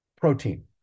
protein